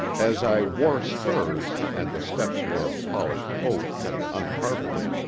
as i wore spurs, and the steps were of polished oak and uncarpeted,